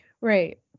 right